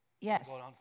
yes